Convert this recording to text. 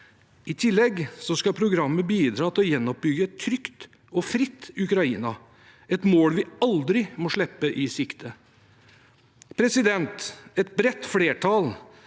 I tillegg skal programmet bidra til å gjenoppbygge et trygt og fritt Ukraina, et mål vi aldri må slippe av syne. Et bredt flertall